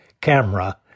camera